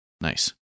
Nice